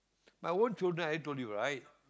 my own children I told you right